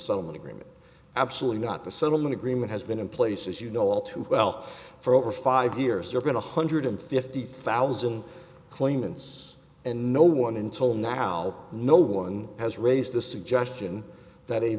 settlement agreement absolutely not the settlement agreement has been in place as you know all too well for over five years you're going to hundred and fifty thousand claimants and no one until now no one has raised the suggestion that a